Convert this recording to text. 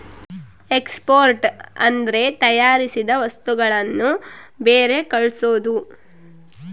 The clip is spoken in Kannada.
ಎಕ್ಸ್ಪೋರ್ಟ್ ಅಂದ್ರೆ ತಯಾರಿಸಿದ ವಸ್ತುಗಳನ್ನು ಬೇರೆ ಕಳ್ಸೋದು